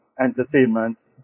entertainment